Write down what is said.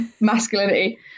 masculinity